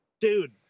Dude